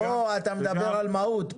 כאן אתה מדבר על מהות.